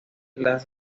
las